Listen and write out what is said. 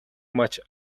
much